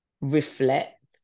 reflect